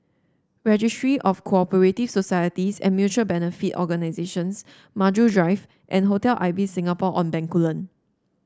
Registry of Co operative Societies and Mutual Benefit Organisations Maju Drive and Hotel Ibis Singapore On Bencoolen